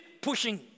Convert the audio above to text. pushing